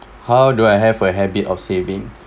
how do I have a habit of saving